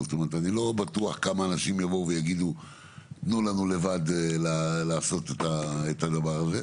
אני לא בטוח כמה אנשים יבואו ויגידו תנו לנו לבד לעשות את הדבר הזה,